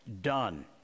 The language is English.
done